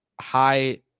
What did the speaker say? high